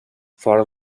fora